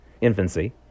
infancy